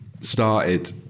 started